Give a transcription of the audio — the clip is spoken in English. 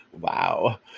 Wow